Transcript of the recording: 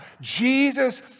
Jesus